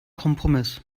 kompromiss